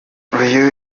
uyu